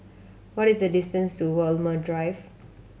what is the distance to Walmer Drive